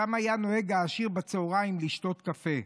שם היה נוהג העשיר בצוהריים לשתות קפה,